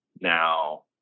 now